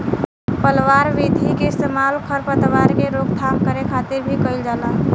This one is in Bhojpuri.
पलवार विधि के इस्तेमाल खर पतवार के रोकथाम करे खातिर भी कइल जाला